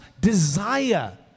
desire